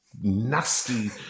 nasty